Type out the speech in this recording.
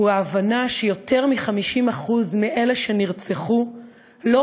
הוא ההבנה שיותר מ-50% מאלה שנרצחו לא